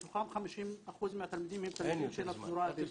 מתוכם 50% מהתלמידים הם תלמידים של הפזורה הבדואית.